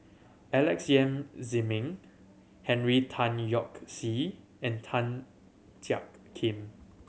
Alex Yam Ziming Henry Tan Yoke See and Tan Jiak Kim